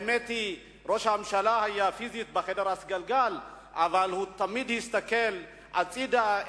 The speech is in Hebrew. האמת היא שראש הממשלה היה פיזית בחדר הסגלגל אבל תמיד הוא הסתכל הצדה,